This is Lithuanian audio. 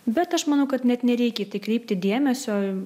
bet aš manau kad net nereikia į tai kreipti dėmesio